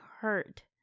hurt